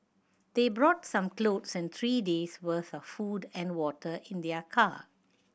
they brought some cloth and three day's worth of food and water in their car